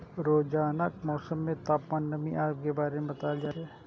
रोजानाक मौसम मे तापमान, नमी आदि के बारे मे बताएल जाए छै